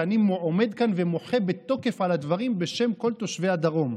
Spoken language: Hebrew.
ואני עומד כאן ומוחה בתוקף על הדברים בשם כל תושבי הדרום,